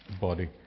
body